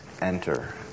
enter